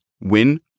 Win